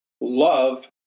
love